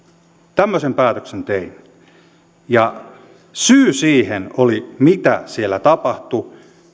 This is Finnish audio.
tämmöisen päätöksen tein ja syy siihen oli se mitä siellä tapahtui